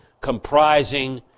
comprising